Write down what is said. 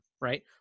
right